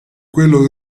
quello